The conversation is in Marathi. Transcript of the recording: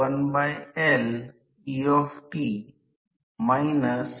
तर या प्रकरणात रोटर ला आता स्थिर ठेवू द्या आणि रोटर वाइंडिंग कमी प्रसारित करा